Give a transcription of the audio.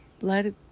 let